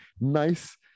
nice